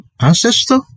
ancestor